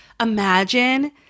imagine